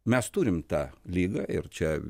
mes turim tą ligą ir čia